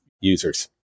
users